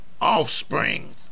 offspring